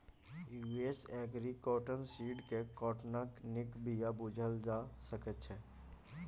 US agri cotton seed केँ काँटनक नीक बीया बुझल जा सकै छै